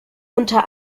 unter